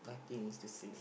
nothing it's the same